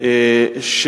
של